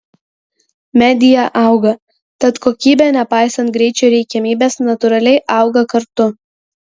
media auga tad kokybė nepaisant greičio reikiamybės natūraliai auga kartu